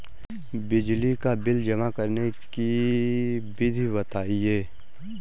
बिजली का बिल जमा करने की विधि बताइए?